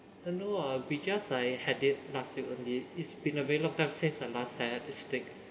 no ah we just I had it like last week only it's been a very long time since I last had a steak